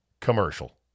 commercial